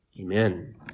Amen